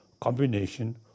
combination